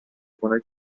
خونه